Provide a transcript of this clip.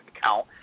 account